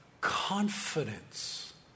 confidence